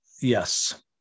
yes